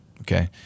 Okay